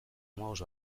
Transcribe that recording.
hamabost